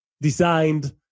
designed